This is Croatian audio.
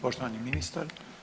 Poštovani ministar.